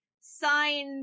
sign